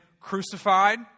crucified